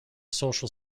social